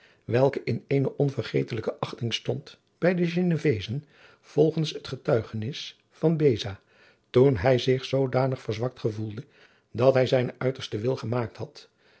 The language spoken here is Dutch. welke in eene onvergetelijke achting stond bij de genevezen volgens het getuigenis van beza toen hij zich zoodanig verzwakt gevoelde dat hij zijnen uitersten wil gemaakt bad